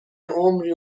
عمری